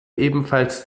ebenfalls